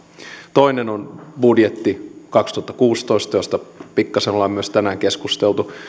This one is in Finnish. toinen on budjetti kaksituhattakuusitoista josta pikkasen ollaan myös tänään keskusteltu